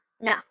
No